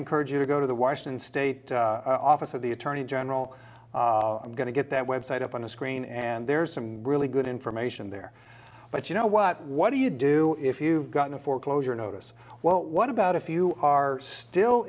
encourage you to go to the washington state office of the attorney general i'm going to get that website up on the screen and there's some really good information there but you know what what do you do if you got in a foreclosure notice well what about if you are still